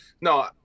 no